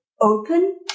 open